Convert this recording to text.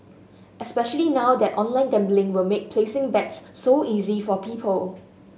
especially now that online gambling will make placing bets so easy for people